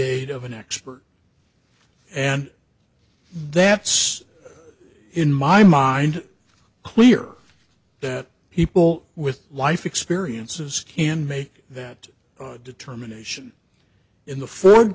aid of an expert and that's in my mind clear that people with life experiences can make that determination in the f